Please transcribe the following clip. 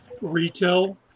retail